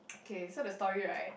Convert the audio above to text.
K so the story right